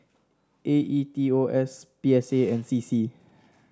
A E T O S P S A and C C